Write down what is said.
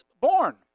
born